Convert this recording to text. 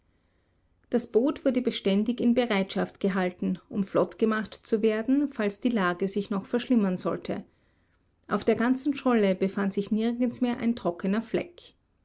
das boot wurde beständig in bereitschaft gehalten um flottgemacht zu werden falls die lage sich noch verschlimmern sollte auf der ganzen scholle befand sich nirgends mehr ein trockener fleck